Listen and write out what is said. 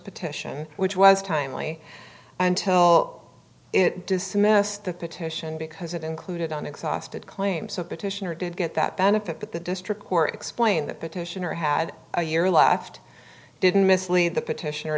petition which was timely and till it dismissed the petition because it included on exhausted claim so petitioner did get that benefit but the district court explained that petitioner had a year left didn't mislead the petition